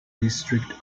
district